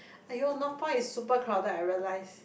!aiyo! Northpoint is super crowded I realise